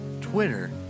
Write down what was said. Twitter